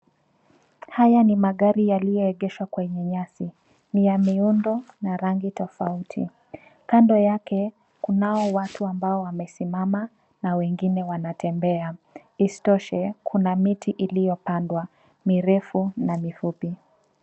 Haya ni magari yaliyoegeshwa kwenye nyasi. Ni ya miundo na rangi tofauti. Kando yake, kunao watu ambao wamesimama, na wengine wanatembea. Isitoshe, kuna miti iliyopandwa. Mirefu naa mifupi.